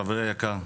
חברי היקר,